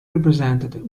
represented